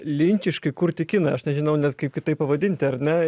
linčiškai kurti kiną aš nežinau net kaip kitaip pavadinti ar ne